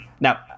Now